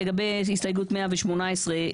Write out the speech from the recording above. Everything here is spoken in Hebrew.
לגבי הסתייגות 118,